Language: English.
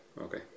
okay